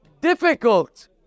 difficult